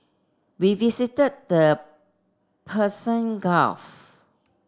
we visited the Persian Gulf